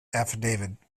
affidavit